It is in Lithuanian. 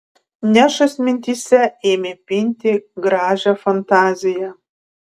nešas mintyse ėmė pinti gražią fantaziją